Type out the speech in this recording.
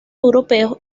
europeos